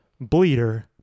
Bleeder